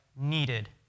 needed